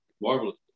marvelous